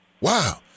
Wow